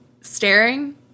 staring